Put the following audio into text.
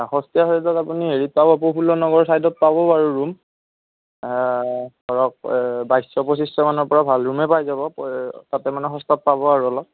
সস্তীয়া চাইজত আপুনি হেৰিত পাব প্ৰফুল্ল নগৰ চাইদত পাব বাৰু ৰুম ধৰক বাইছশ পচিঁছশ মানৰ পৰা ভাল ৰুমেই পাই যাব তাতে মানে সস্তাত পাব আৰু অলপ